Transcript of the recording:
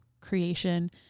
creation